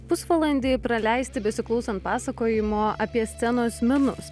pusvalandį praleisti besiklausant pasakojimo apie scenos menus